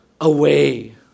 away